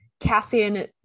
Cassian